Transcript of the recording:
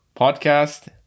podcast